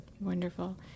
Wonderful